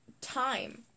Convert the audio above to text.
time